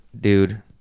dude